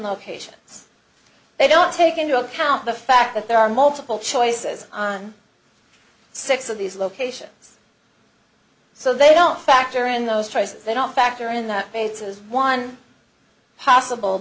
locations they don't take into account the fact that there are multiple choices on six of these locations so they don't factor in those traces they don't factor in that bates is one possible